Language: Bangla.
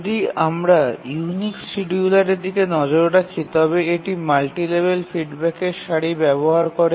যদি আমরা ইউনিক্স শিডিয়ুলারের দিকে নজর রাখি তবে এটি মাল্টিলেভেল ফিডব্যাকের সারি ব্যবহার করে